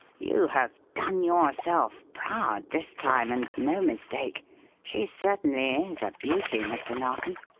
you have done yourself proud this time and no mistake she certainly is a beauty, mr. narkom.